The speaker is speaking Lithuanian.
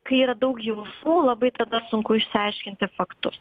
kai yra daug jausmų labai tada sunku išsiaiškinti faktus